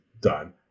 done